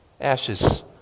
Ashes